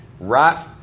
Right